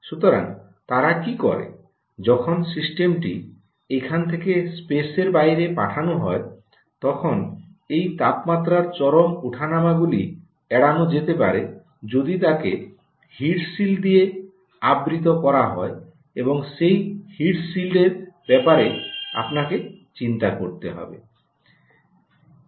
সুতরাং তারা কী করে যখন সিস্টেমটি এখান থেকে স্পেসের বাইরে পাঠানো হয় তখন এই তাপমাত্রার চরম ওঠানামাগুলি এড়ানো যেতে পারে যদি তাকে হিট শীল্ড দিয়ে আবৃত করা হয় এবং সেই হিট শীল্ড এর ব্যাপারে আপনাকে চিন্তা করতে হবে